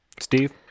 steve